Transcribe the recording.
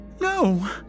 No